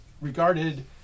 regarded